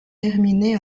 terminé